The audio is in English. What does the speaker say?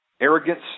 arrogance